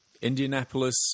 Indianapolis